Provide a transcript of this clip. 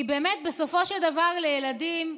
כי בסופו של דבר, לילדים,